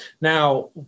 Now